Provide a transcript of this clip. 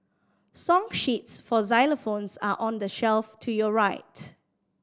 song sheets for xylophones are on the shelf to your right